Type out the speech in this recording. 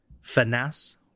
finesse